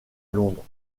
londres